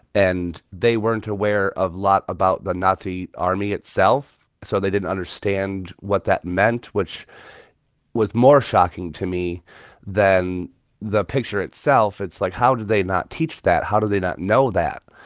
and they weren't aware of a lot about the nazi army itself. so they didn't understand what that meant, which was more shocking to me than the picture itself. it's like, how did they not teach that? how do they not know that?